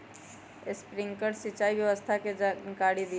Sprinkler सिंचाई व्यवस्था के जाकारी दिऔ?